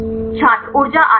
छात्र ऊर्जा आधारित